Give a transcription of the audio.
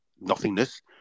nothingness